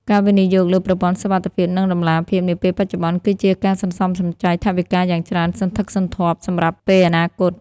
ការវិនិយោគលើ "ប្រព័ន្ធសុវត្ថិភាព និងតម្លាភាព" នាពេលបច្ចុប្បន្ន គឺជាការសន្សំសំចៃថវិកាយ៉ាងច្រើនសន្ធឹកសន្ធាប់សម្រាប់ពេលអនាគត។